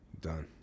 done